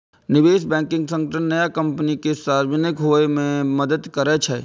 निवेश बैंकिंग संगठन नया कंपनी कें सार्वजनिक होइ मे मदति करै छै